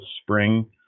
spring